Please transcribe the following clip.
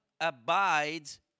abides